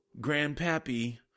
grandpappy